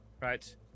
Right